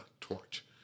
torch